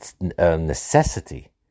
necessity